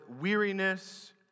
weariness